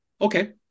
okay